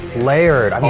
layered! i mean